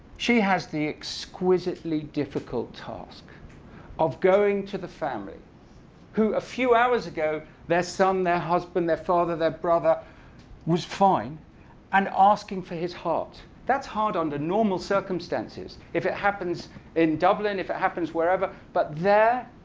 she has the exquisitely difficult task of going to the family who, a few hours ago their son, their husband, their father, their brother was fine and asking for his heart. that's hard under normal circumstances if it happens in dublin, if it happens wherever. but there,